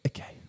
Okay